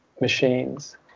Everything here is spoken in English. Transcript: Machines